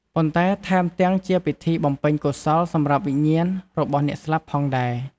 ប៉ុន្តែថែមទាំងជាពិធីបំពេញកុសលសម្រាប់វិញ្ញាណរបស់អ្នកស្លាប់ផងដែរ។